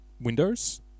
windows